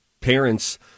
parents